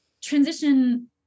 Transition